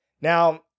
Now